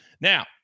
Now